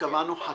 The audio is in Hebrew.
קבענו חקיקה.